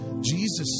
Jesus